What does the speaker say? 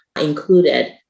included